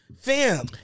Fam